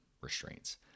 restraints